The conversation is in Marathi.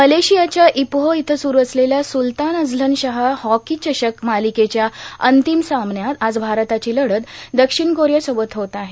मलेशियाच्या इपोह इथं सुरू असलेल्या सुलतान अझलन शाह हॉकी चषक मालिकेच्या अंतिम सामन्यात आज भारताची लढत दक्षिण कोरिया सोबत होत आहे